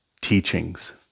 teachings